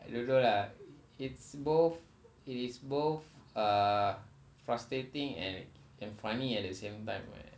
I don't know lah it's both it is both uh frustrating and funny at the same time eh